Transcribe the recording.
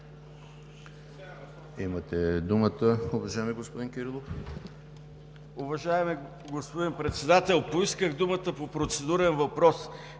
Имате думата, уважаеми господин Кирилов.